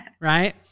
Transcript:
Right